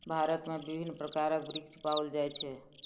भारत में विभिन्न प्रकारक वृक्ष पाओल जाय छै